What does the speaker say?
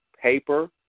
paper